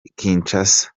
kinshasa